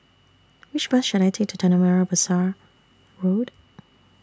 Which Bus should I Take to Tanah Merah Besar Road